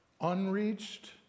unreached